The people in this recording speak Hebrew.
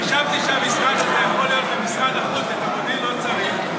חשבתי שהמשרד הזה יכול להיות במשרד החוץ ואת המודיעין לא צריך.